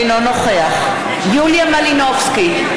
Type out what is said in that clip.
אינו נוכח יוליה מלינובסקי,